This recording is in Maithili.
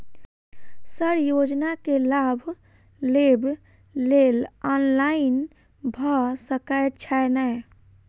सर योजना केँ लाभ लेबऽ लेल ऑनलाइन भऽ सकै छै नै?